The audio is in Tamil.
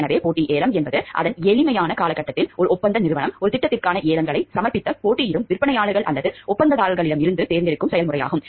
எனவே போட்டி ஏலம் என்பது அதன் எளிமையான காலக்கட்டத்தில் ஒரு ஒப்பந்த நிறுவனம் ஒரு திட்டத்திற்கான ஏலங்களைச் சமர்ப்பித்த போட்டியிடும் விற்பனையாளர்கள் அல்லது ஒப்பந்ததாரர்களிடமிருந்து தேர்ந்தெடுக்கும் செயல்முறையாகும்